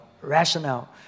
rationale